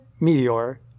meteor